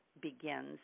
Begins